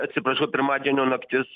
atsiprašau pirmadienio naktis